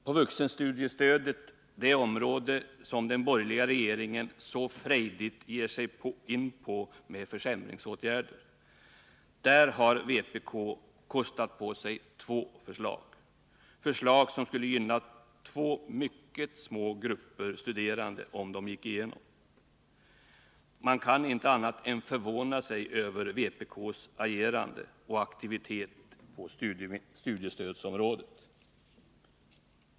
På vuxenstudiestödsområdet, som den borgerliga regeringen så frejdigt ger sig in på med försämringsåtgärder, har vpk kostat på sig två förslag — förslag som skulle gynna två mycket små grupper studerande om de gick igenom. Man kan inte annat än förvåna sig över vpk:s agerande och aktivitet på studiestödsområdet.